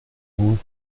north